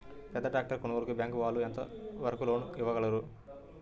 పెద్ద ట్రాక్టర్ కొనుగోలుకి బ్యాంకు వాళ్ళు ఎంత వరకు లోన్ ఇవ్వగలరు?